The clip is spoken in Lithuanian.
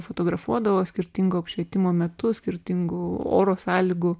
fotografuodavo skirtingo apšvietimo metu skirtingų oro sąlygų